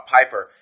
Piper